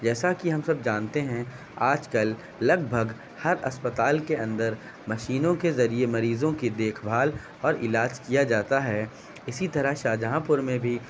جیسا کہ ہم سب جانتے ہیں آج کل لگ بھگ ہر اسپتال کے اندر مشینوں کے ذریعے مریضوں کی دیکھ بھال اور علاج کیا جاتا ہے اسی طرح شاہجہاں پور میں بھی